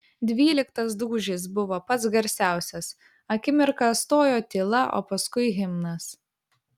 dvyliktas dūžis buvo pats garsiausias akimirką stojo tyla o paskui himnas